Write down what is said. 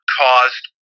caused